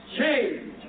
change